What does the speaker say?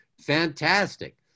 fantastic